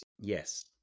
Yes